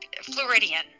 Floridian